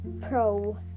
pro